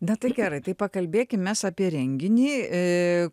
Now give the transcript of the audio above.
na tai gerai tai pakalbėkim mes apie renginį